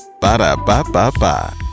Ba-da-ba-ba-ba